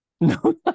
no